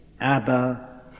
Abba